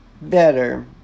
better